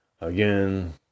again